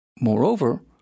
Moreover